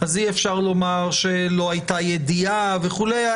אז אי אפשר לומר שלא הייתה ידיעה וכולי.